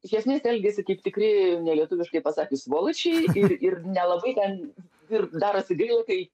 iš esmės elgiasi kaip tikri ne lietuviškai pasakius svoločiai ir ir nelabai ten ir darosi gaila kai